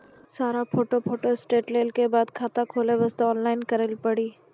सारा photo photostat लेल के बाद खाता खोले वास्ते ऑनलाइन करिल पड़ी?